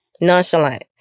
nonchalant